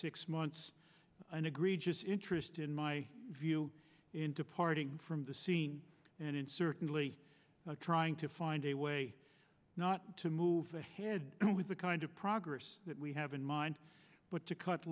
six months an egregious interest in my view in departing from the scene and in certainly trying to find a way not to move ahead with the kind of progress that we have in mind but to cut